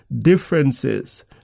differences